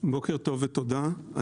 בוקר טוב ותודה.